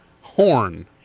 Horn